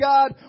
God